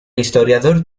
historiador